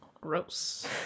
Gross